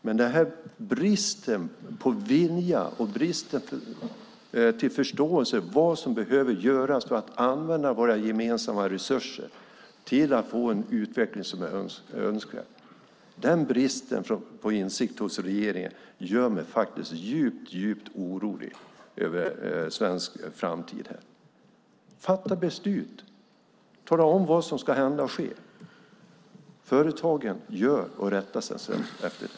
Men bristen på vilja, insikt och förståelse för vad som behöver göras för att använda våra gemensamma resurser till en önskvärd utveckling gör mig djupt orolig för Sverige. Regeringen måste fatta beslut och tala om vad som ska ske. Företagen rättar sig efter och gör sedan det.